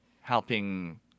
helping